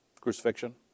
Crucifixion